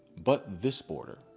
but this border.